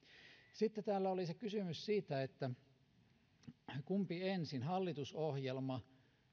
sitten oli se kysymys siitä kumpi ensin hallitusohjelma